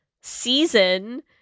season